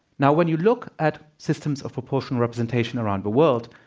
now, when you look at systems of proportional representation around the world,